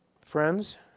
Friends